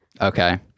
okay